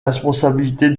responsabilité